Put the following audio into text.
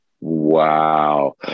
Wow